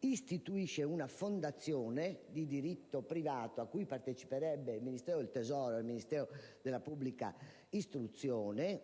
istituisce una fondazione di diritto privato, a cui parteciperebbero il Ministero dell'economia e il Ministero dell'istruzione.